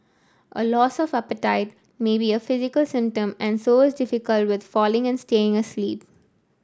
a loss of appetite may be a physical symptom and so is difficult with falling and staying asleep